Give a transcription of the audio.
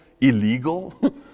illegal